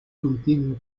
continua